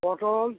পটল